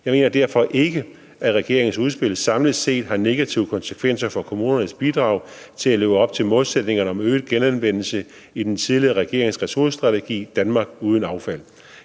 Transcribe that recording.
Jeg mener derfor ikke, at regeringens udspil samlet set har negative konsekvenser for kommunernes bidrag til at leve op til målsætningerne om øget genanvendelse i den tidligere regerings ressourcestrategi, »Danmark uden affald«.